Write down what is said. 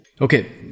Okay